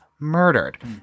murdered